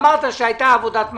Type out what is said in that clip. אמרת שהייתה עבודת מטה,